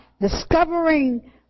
discovering